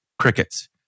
crickets